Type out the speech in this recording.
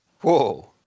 Whoa